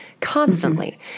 constantly